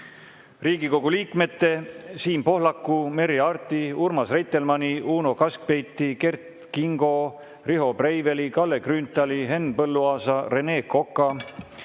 Riigikogu liikmete Siim Pohlaku, Merry Aarti, Urmas Reitelmanni, Uno Kaskpeiti, Kert Kingo, Riho Breiveli, Kalle Grünthali, Henn Põlluaasa, Rene Koka,